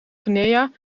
guinea